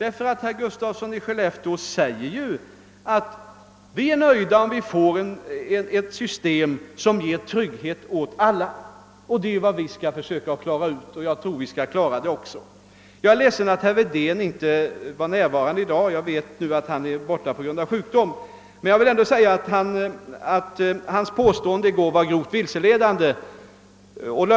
även herr Gustafsson säger att man är nöjd om det blir ett system som ger trygghet åt alla. Det är vad vi skall försöka åstadkomma, och jag tror att vi kommer att klara den saken. Jag är ledsen att herr Wedén inte är närvarande här i dag — jag vet nu att han är borta på grund av sjukdom. Men jag vill ändå säga, att hans påstående i går var grovt vilseledande.